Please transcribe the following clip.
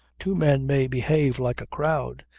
two men may behave like a crowd,